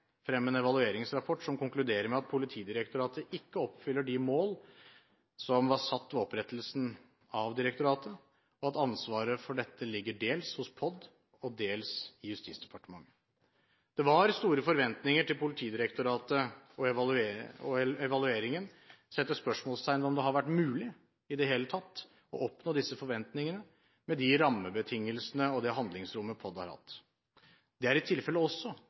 frem en evalueringsrapport som konkluderer med at Politidirektoratet ikke oppfyller de mål som var satt ved opprettelsen av direktoratet, og at ansvaret for dette ligger dels hos POD og dels i Justisdepartementet. Det var store forventninger til Politidirektoratet, og evalueringen setter spørsmålstegn ved om det i det hele tatt har vært mulig å innfri disse forventningene med de rammebetingelsene og det handlingsrommet POD har hatt. Det er i tilfelle også